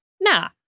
nah